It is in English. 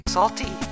Salty